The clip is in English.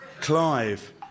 Clive